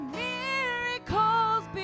miracles